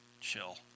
chill